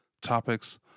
topics